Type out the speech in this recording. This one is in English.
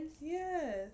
Yes